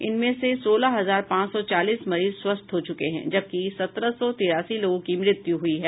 इनमें से सोलह हजार पांच सौ चालीस मरीज स्वस्थ हो चुके हैं जबकि सत्रह सौ तिरासी लोगों की मृत्यु हुई है